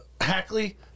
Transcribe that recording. Hackley